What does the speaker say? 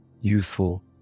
youthful